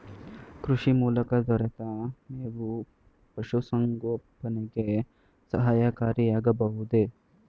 ಕೃಷಿ ಮೂಲಕ ದೊರೆತ ಮೇವು ಪಶುಸಂಗೋಪನೆಗೆ ಸಹಕಾರಿಯಾಗಬಹುದೇ?